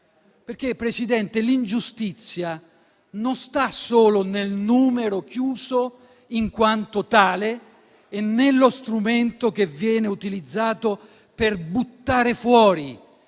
Signor Presidente, l'ingiustizia non sta solo nel numero chiuso in quanto tale e nello strumento che viene utilizzato per "buttare fuori"